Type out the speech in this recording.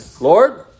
Lord